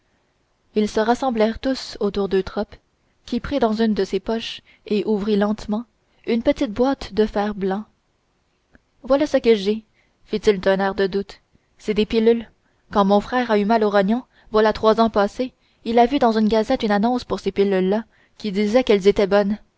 ils se rassemblèrent tous autour d'eutrope qui prit dans une de ses poches et ouvrit lentement une petite boîte de fer-blanc voilà ce que j'ai fit-il d'un air de doute c'est des pilules quand mon frère a eu mal aux rognons voilà trois ans passés il a vu dans une gazette une annonce pour ces pilules là qui disait qu'elles étaient bonnes